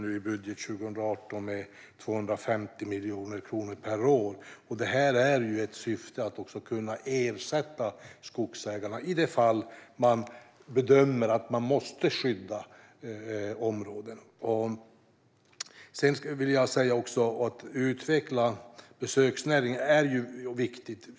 Vi har höjt de här anslagen med 250 miljoner kronor per år i budgeten för 2018 i syfte att kunna ersätta skogsägarna i de fall man bedömer att man måste skydda områden. Att utveckla besöksnäringen är också viktigt.